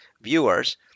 viewers